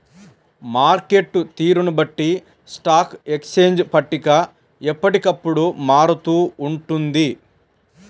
market తీరును బట్టి stock exchange పట్టిక ఎప్పటికప్పుడు మారుతూ ఉంటుంది